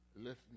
listen